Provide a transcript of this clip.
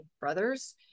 brothers